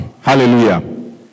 hallelujah